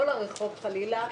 לא לרחוב חלילה,